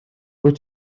wyt